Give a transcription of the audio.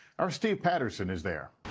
our steve patterson is there.